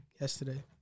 yesterday